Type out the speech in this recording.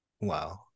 Wow